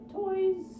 toys